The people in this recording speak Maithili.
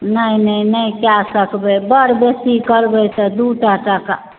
नहि नहि नहि कए सकबै बड़ बेसी करबै तऽ दू सए टाका